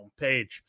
homepage